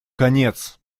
конец